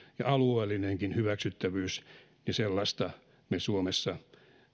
ja alueellinenkin hyväksyttävyys me suomessa